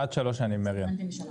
עד שלוש שנים, מריאן.